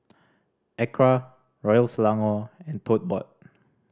ACRA Royal Selangor and Tote Board